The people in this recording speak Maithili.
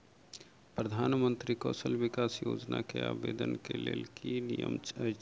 प्रधानमंत्री कौशल विकास योजना केँ आवेदन केँ लेल की नियम अछि?